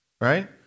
Right